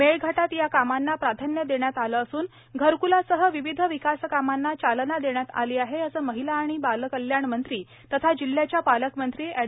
मेळघाटात या कामांना प्राधान्य देण्यात आले असुन घरकलासह विविध विकासकामांना चालना देण्यात आली आहे असे महिला आणि बालकल्याण मंत्री तथा जिल्ह्याच्या पालकमंत्री एड